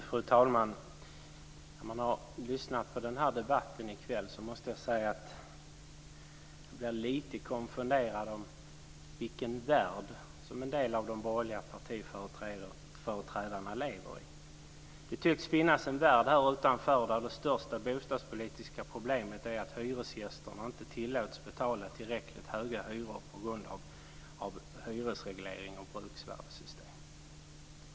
Fru talman! När man har lyssnat till debatten i kväll blir man lite konfunderad över vilken värld en del av de borgerliga partiföreträdarna lever i. Det tycks finnas en värld här utanför där det största bostadspolitiska problemet är att hyresgästerna inte tillåts betala tillräckligt höga hyror på grund av hyresreglering och bruksvärdessystem.